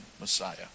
Messiah